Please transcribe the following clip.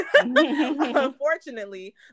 unfortunately